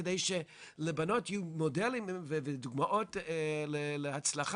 על מנת שלבנות יהיו מודלים ודוגמאות להצלחה,